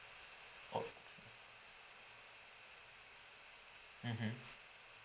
oh mmhmm